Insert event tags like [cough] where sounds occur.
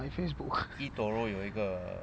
create Facebook [laughs]